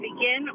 begin